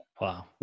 Wow